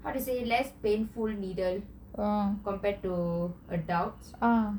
how you say less painful needle compared to adults